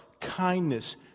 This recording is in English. kindness